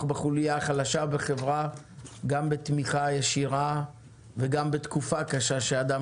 בחוליה החלשה בחברה גם בתמיכה ישירה וגם בתקופה קשה שאדם